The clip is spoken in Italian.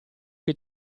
che